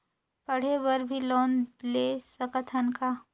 पढ़े बर भी लोन ले सकत हन का?